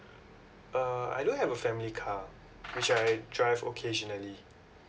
uh I do have a family car which I drive occasionally